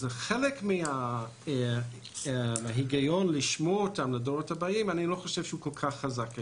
אז חלק מההיגיון לשמור אותם לדורות הבאים לא כל כך חזק היום.